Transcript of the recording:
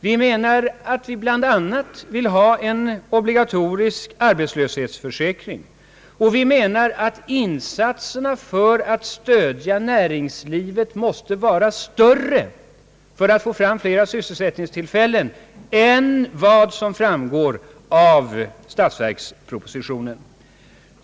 Vi vill bl.a. ha en obligatorisk arbetslöshetsförsäkring, och vi menar att insatserna för att stödja näringslivet i syfte att få fram fler sysselsättningstillfällen måste vara större än vad som framgår av statsverkspropositionen.